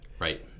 Right